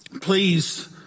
please